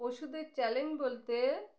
পশুদের চ্যালেঞ্জ বলতে